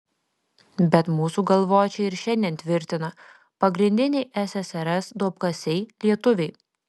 bet mūsų galvočiai ir šiandien tvirtina pagrindiniai ssrs duobkasiai lietuviai